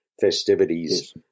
festivities